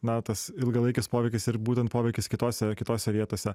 na tas ilgalaikis poveikis ir būtent poveikis kitose kitose vietose